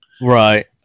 Right